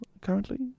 currently